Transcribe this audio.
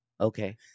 okay